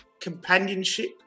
companionship